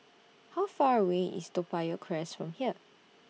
How Far away IS Toa Payoh Crest from here